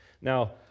Now